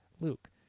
Luke